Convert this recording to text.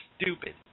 stupid